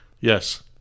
yes